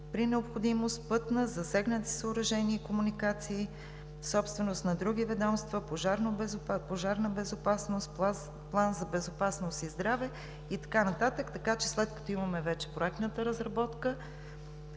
при необходимост, пътна; засегнати съоръжения и комуникации, собственост на други ведомства; пожарна безопасност; план за безопасност и здраве и така нататък. Така че, след като имаме вече проектната разработка,